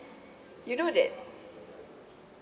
you know that